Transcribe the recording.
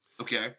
Okay